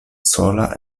sola